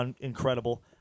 incredible